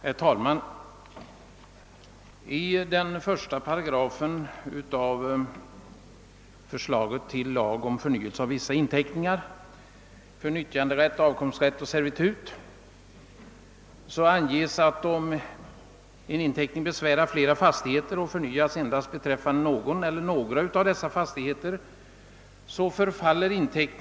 Herr talman! I 1 § av förslaget till lag om förnyelse av vissa inteckningar för nyttjanderätt, avkomsträtt och servitut anges att om en sådan inteckning, beviljad före den 1 januari 1918, ej förnyas senast sista inskrivningsdagen år 1970, så förfaller densamma.